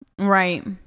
Right